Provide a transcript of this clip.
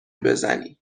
بزنی